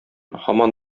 һаман